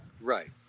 right